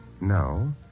No